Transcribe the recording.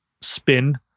spin